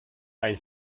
ein